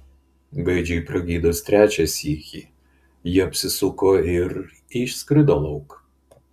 gaidžiui pragydus trečią sykį ji apsisuko ir išskrido lauk